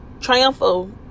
triumphal